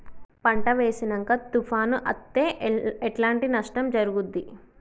పంట వేసినంక తుఫాను అత్తే ఎట్లాంటి నష్టం జరుగుద్ది?